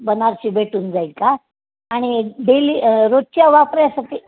बनारसी भेटून जाईल का आणि डेली रोजच्या वापरायसाठी